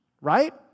right